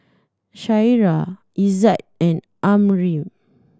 Syirah Izzat and Ammir